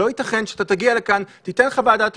לא ייתכן שתגיע לכאן ותיתן חוות דעת.